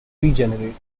regenerate